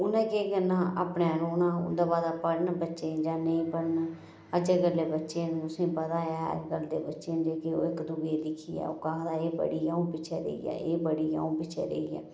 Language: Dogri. उ'नें केह् करना अपने रौह्ना ओह्दे भाऽ दा पढ़न बच्चे जां नेईं पढ़न अज्जकलै दे बच्चे न तुसेंगी पता ऐ अज्जकल दे बच्चे जे कि इक दुए गी दिक्खियै ओह्का आखदा एह् पढ़ी गेआ अ'ऊं पिच्छें रेही गेआ एह् पढ़ी गेआ अ'ऊं पिच्छें रेही गेआ